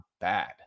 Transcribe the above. bad